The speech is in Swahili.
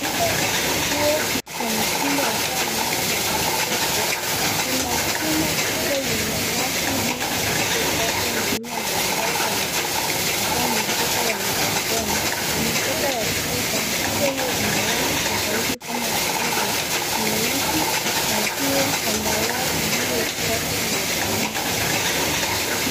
Rundo la nguo za mitindo hasa eneo la mifuko. Kuna chuma kubwa yenye rafu nyingi zilizojazwa na aina mbalimbali za mifuko hasa mifuko ya mgogoni na mifuko ya kubeba. Mifuko iyo ina rangi tofauti kama vile nyeusi, maziwa, zambarau iliyokosa na beige.